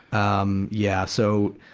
um yeah. so,